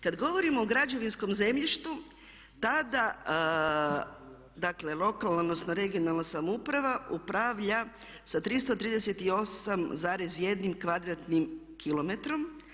Kada govorimo o građevinskom zemljištu tada dakle lokalna, odnosno regionalna samouprava upravlja sa 338,1 kvadratnim kilometrom.